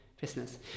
business